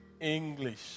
English